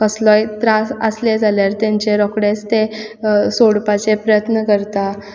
कसलोय त्रास आसले जाल्यार तांचे रोकडेंच तें सोडपाचें प्रयत्न करता